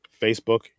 Facebook